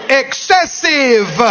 excessive